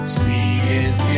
sweetest